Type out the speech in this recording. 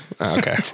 okay